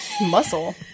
Muscle